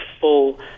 full